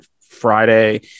Friday